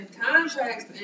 contracts